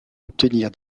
obtenir